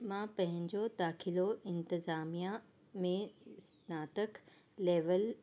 मां पंहिंजो दाख़िलो इंतज़ामिया में स्नातक लैवल